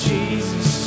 Jesus